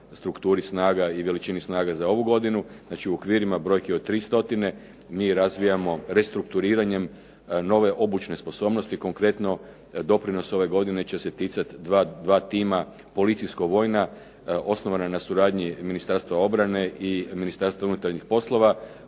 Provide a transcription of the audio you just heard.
strukturi snaga i veličini snaga za ovu godinu. Znači, u okvirima brojki od 3 stotine mi razvijamo restrukturiranjem nove obučne sposobnosti. Konkretno, doprinos ove godine će se ticati dva tima policijsko-vojna osnovana na suradnji Ministarstva obrane i Ministarstva unutarnjih poslova